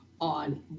on